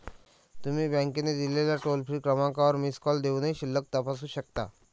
तुम्ही बँकेने दिलेल्या टोल फ्री क्रमांकावर मिस कॉल देऊनही शिल्लक तपासू शकता